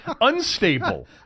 unstable